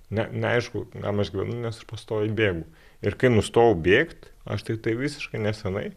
ne neaišku kam aš gyvenu nes aš pastoviai bėgu ir kai nustojau bėgt aš tai tai visiškai neseniai